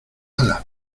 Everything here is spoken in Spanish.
alas